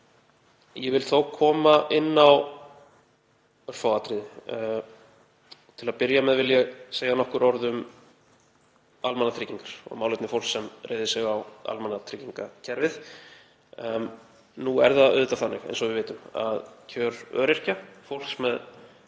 Ég vil þó koma inn á örfá atriði. Til að byrja með vil ég segja nokkur orð um almannatryggingar og málefni fólks sem reiðir sig á almannatryggingakerfið. Eins og við vitum hafa kjör öryrkja, fólks með